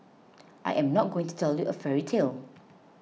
I am not going to tell you a fairy tale